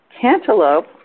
cantaloupe